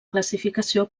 classificació